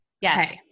Yes